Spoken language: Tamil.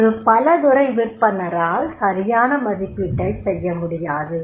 ஒரு பல துறை விர்ப்பன்னரால் சரியான மதிப்பீட்டை செய்யமுடியாது